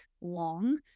long